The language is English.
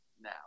now